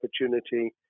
opportunity